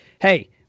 Hey